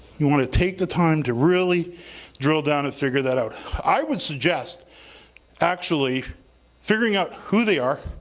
you want to take the time to really drill down and figure that out. i would suggest actually figuring out who they are,